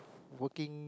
working